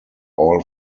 all